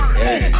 hey